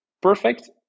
perfect